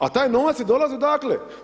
A taj novac je dolazi odakle?